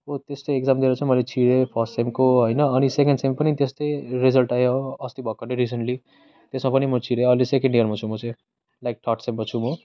हो त्यस्तो एक्जाम दिएर चाहिँ मैले छिरेँ फर्स्ट सेमको होइन सेकेन्ड सेम पनि त्यस्तै रिजल्ट आयो अस्ति भर्खरै रिसेन्टली त्यसमा पनि म छिरेँ अहिले सेकेन्ड इयरमा छु म चाहिँ लाइक थर्ड सेममा छु म